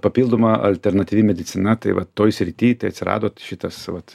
papildoma alternatyvi medicina tai va toj srity atsirado šitas vat